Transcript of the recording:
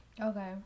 Okay